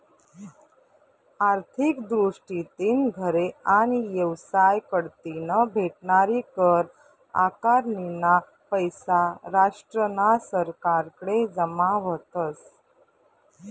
आर्थिक दृष्टीतीन घरे आणि येवसाय कढतीन भेटनारी कर आकारनीना पैसा राष्ट्रना सरकारकडे जमा व्हतस